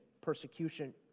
persecution